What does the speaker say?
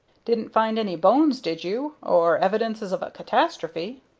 didn't find any bones, did you, or evidences of a catastrophe?